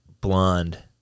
blonde